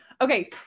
Okay